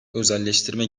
özelleştirme